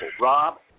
Rob